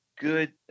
good